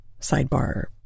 sidebar